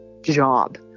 job